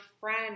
friend